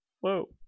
Whoa